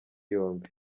yombi